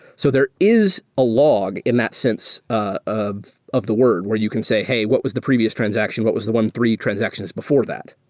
so there is a law log in that sense of of the word where you can say, hey, what was the previous transaction? what was the one, three transactions before that?